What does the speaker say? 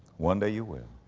one day you will.